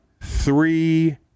three